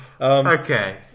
Okay